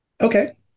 Okay